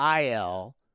IL